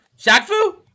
Shaq-Fu